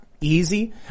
easy